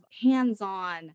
hands-on